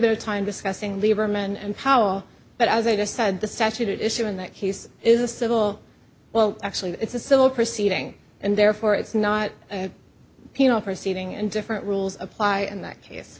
bit of time discussing lieberman and powell but as i just said the statute issue in that case is a civil well actually it's a civil proceeding and therefore it's not a penal proceeding and different rules apply in that case